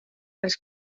als